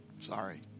Sorry